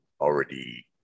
already